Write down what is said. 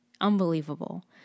unbelievable